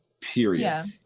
period